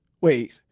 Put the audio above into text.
wait